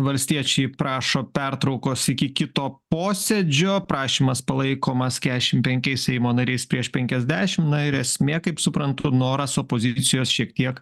valstiečiai prašo pertraukos iki kito posėdžio prašymas palaikomas kešim penkiais seimo nariais prieš penkiasdešimt na ir esmė kaip suprantu noras opozicijos šiek tiek